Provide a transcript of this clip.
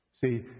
See